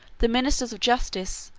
the ministers of justice,